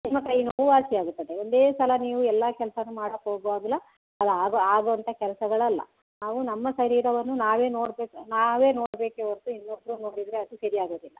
ನಿಮ್ಮ ಕೈ ನೋವು ವಾಸಿಯಾಗುತ್ತದೆ ಒಂದೇ ಸಲ ನೀವು ಎಲ್ಲ ಕೆಲಸವನ್ನು ಮಾಡಕ್ಕೆ ಹೋಗುವಾಗ್ಲ ಅದು ಆಗ ಆಗುವಂಥ ಕೆಲ್ಸಗಳು ಅಲ್ಲ ನಾವು ನಮ್ಮ ಶರೀರವನ್ನು ನಾವೇ ನೋಡಬೇಕು ನಾವೇ ನೋಡ್ಬೇಕೇ ಹೊರ್ತು ಇನ್ನೊಬ್ಬರು ನೋಡಿದರೆ ಅದು ಸರಿ ಆಗೋದಿಲ್ಲ